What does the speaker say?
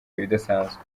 ibidasanzwe